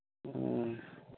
ᱦᱩᱸ